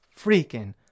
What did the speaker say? freaking